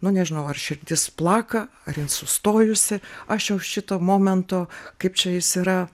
nu nežinau ar širdis plaka ar jin sustojusi aš jau šito momento kaip čia jis yra